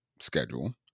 schedule